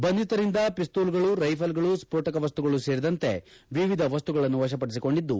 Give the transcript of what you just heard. ಬಂಧಿತರಿಂದ ಪಿಸ್ತೂಲ್ಗಳು ರೈಫಲ್ಗಳು ಸ್ತೋಟಕ ವಸ್ತುಗಳು ಸೇರಿದಂತೆ ವಿವಿಧ ವಸ್ತುಗಳನ್ನು ವಶಪಡಿಸಿಕೊಂಡಿದ್ದು